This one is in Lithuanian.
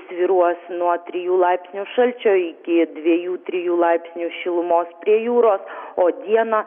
svyruos nuo trijų laipsnių šalčio iki dviejų trijų laipsnių šilumos prie jūros o dieną